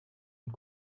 und